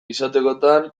izatekotan